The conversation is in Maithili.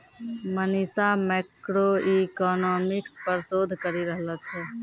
मनीषा मैक्रोइकॉनॉमिक्स पर शोध करी रहलो छै